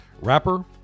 Wrapper